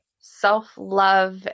self-love